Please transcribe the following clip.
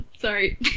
sorry